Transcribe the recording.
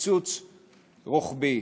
קיצוץ רוחבי.